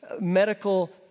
medical